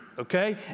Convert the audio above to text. okay